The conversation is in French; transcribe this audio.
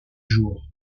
jours